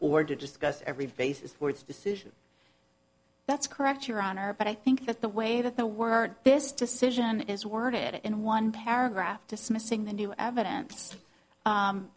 or discuss every basis for its decision that's correct your honor but i think that the way that the word this decision is worded in one paragraph dismissing the new eviden